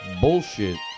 Bullshit